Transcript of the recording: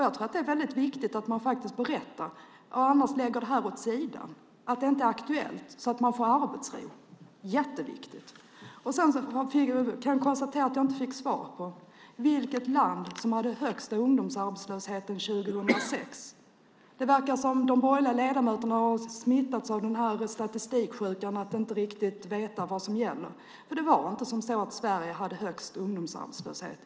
Jag tror att det är viktigt att man berättar hur det är eller också lägger det åt sidan och säger att det inte är aktuellt så att skolorna får arbetsro. Det är jätteviktigt. Jag kan konstatera att jag inte fick svar på frågan om vilket land som hade högst ungdomsarbetslöshet 2006. De borgerliga ledamöterna verkar ha smittats av statistiksjukan där man inte riktigt vet vad som gäller. Det var inte så att Sverige hade högst ungdomsarbetslöshet.